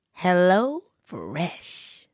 HelloFresh